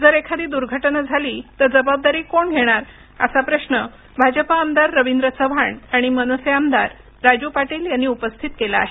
जर एखादी दुर्घटना झाली तर जबाबदारी कोण घेणार असा प्रश्न भाजप आमदार रवींद्र चव्हाण आणि मनसे आमदार राजू पाटील यांनी उपस्थित केला आहे